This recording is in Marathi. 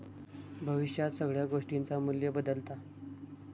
भविष्यात सगळ्या गोष्टींचा मू्ल्य बदालता